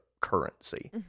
currency